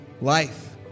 life